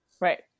right